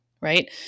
right